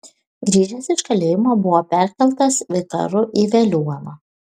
grįžęs iš kalėjimo buvo perkeltas vikaru į veliuoną